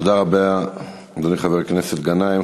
תודה רבה, אדוני חבר הכנסת גנאים.